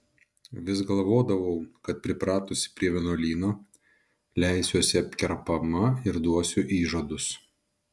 vis galvodavau kad pripratusi prie vienuolyno leisiuosi apkerpama ir duosiu įžadus